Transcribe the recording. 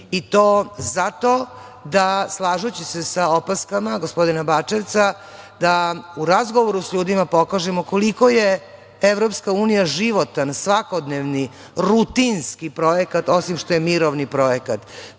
i to zato da, slažući se sa opaskama gospodina Bačevca, da u razgovoru s ljudima pokažemo koliko je Evropska unija životan, svakodnevni, rutinski projekat, osim što je mirovni projekat.